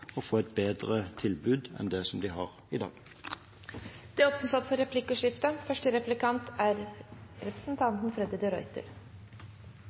å få et bedre tilbud enn det de har i dag. Det blir replikkordskifte. Jeg er veldig glad for